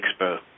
Expo